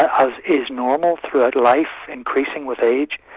as is normal throughout life increasing with age,